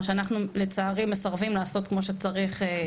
מה שאנחנו לצערי מסרבים לעשות כמו שצריך,